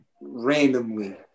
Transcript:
randomly